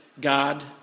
God